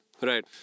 Right